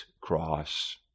cross